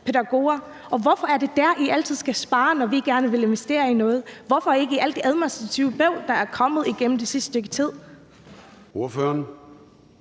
Hvorfor er det der, I altid skal spare, når vi gerne vil investere? Hvorfor ikke spare på alt det administrative bøvl, der er kommet igennem det sidste stykke tid? Kl.